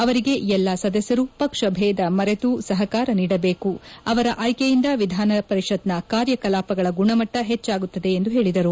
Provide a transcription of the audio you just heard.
ಅವರಿಗೆ ಎಲ್ಲಾ ಸದಸ್ಯರು ಪಕ್ಷ ಬೇಧ ಮರೆತು ಸಹಕಾರ ನೀಡಬೇಕು ಅವರ ಅಯ್ಕೆಯಿಂದ ವಿಧಾನಪರಿಷತ್ನ ಕಾರ್ಯ ಕಲಾಪಗಳ ಗುಣಮಟ್ಟ ಹೆಚ್ಚಾಗುತ್ತದೆ ಎಂದು ಹೇಳಿದರು